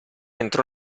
entrò